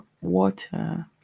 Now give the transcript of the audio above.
water